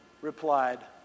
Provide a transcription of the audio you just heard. replied